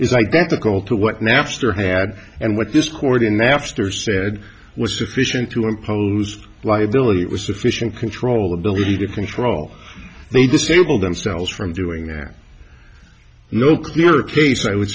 identical to what napster had and what this court in napster said was sufficient to impose liability it was sufficient control ability to control they disable themselves from doing their no clear case i would